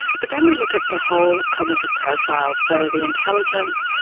but then we look at the whole cognitive profile, so the intelligence,